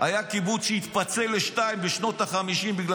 היה קיבוץ שהתפצל לשניים בשנות החמישים בגלל